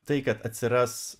tai kad atsiras